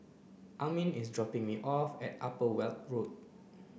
Amin is dropping me off at Upper Weld Road